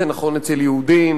זה נכון אצל יהודים,